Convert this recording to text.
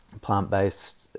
plant-based